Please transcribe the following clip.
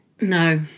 No